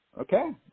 Okay